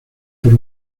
por